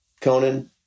Conan